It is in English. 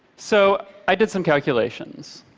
so i did some calculations.